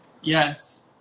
Yes